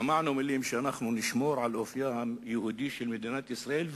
שמענו מלים כמו "נשמור על אופיה היהודי של מדינת ישראל",